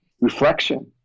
reflection